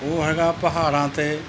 ਉਹ ਹੈਗਾ ਪਹਾੜਾਂ 'ਤੇ